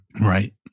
Right